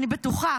אני בטוחה